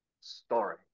story